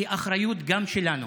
שהיא גם באחריות שלנו.